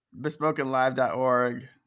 BespokenLive.org